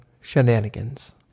shenanigans